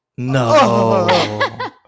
No